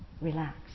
relax